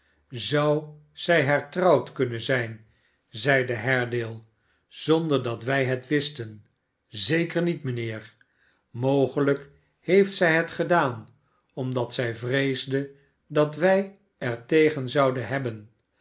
zou zij hertrouwd kunnen zijn zeide haredale zonder dat wij het wisten zeker niet mijnheer mogelijk heeft zij het gedaan omdat zij vreesde dat wij er tegen zouden hebben